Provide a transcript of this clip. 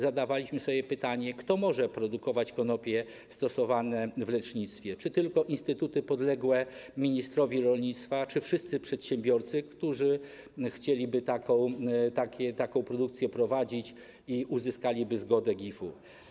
Zadawaliśmy sobie pytanie, kto może produkować konopie stosowane w lecznictwie: czy tylko instytuty podległe ministrowi rolnictwa, czy wszyscy przedsiębiorcy, którzy chcieliby taką produkcję prowadzić i uzyskaliby zgodę GIF-u.